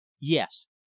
Yes